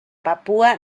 papúa